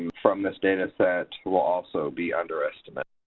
from this dataset will also be underestimates,